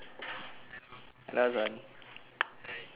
hello hazwan